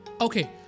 Okay